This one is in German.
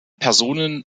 personen